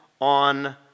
on